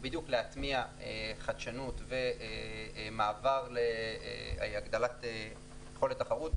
בדיוק להטמיע חדשנות ומעבר להגדלת יכולת התחרות.